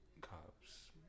cops